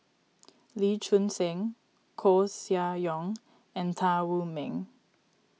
Lee Choon Seng Koeh Sia Yong and Tan Wu Meng